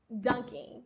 dunking